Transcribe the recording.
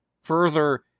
further